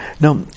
Now